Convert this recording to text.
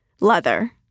Leather